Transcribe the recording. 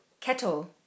Kettle